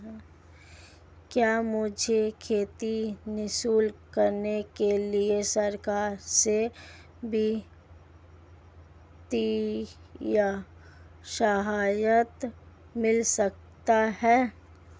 क्या मुझे खेती शुरू करने के लिए सरकार से वित्तीय सहायता मिल सकती है?